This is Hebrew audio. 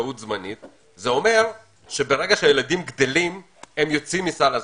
כלומר ברגע שהילדים גדלים, הם יוצאים מסל הזכאות.